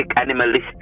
animalistic